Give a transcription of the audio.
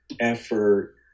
effort